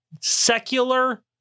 secular